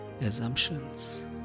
assumptions